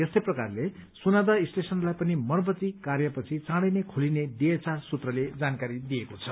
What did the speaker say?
यस्तै प्रकारले सुनादह स्टेशनलाई पनि मरम्मती कार्य पछि चाँड़ै नै खोलिने डीएचआर सूत्रले जानकारी दिएको छ